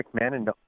McMahon